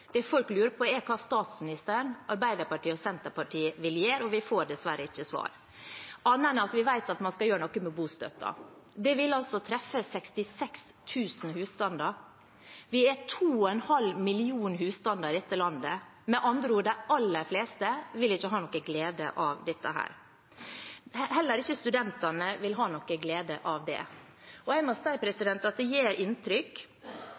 Det folk lurer på, er hva statsministeren, Arbeiderpartiet og Senterpartiet vil gjøre, men vi får dessverre ikke svar – annet enn at vi vet at man skal gjøre noe med bostøtten. Det vil altså treffe 66 000 husstander. Vi er 2,5 millioner husstander i dette landet. Med andre ord: De aller fleste vil ikke ha noen glede av dette. Heller ikke studentene vil ha noen glede av det. Jeg må si at det gjør inntrykk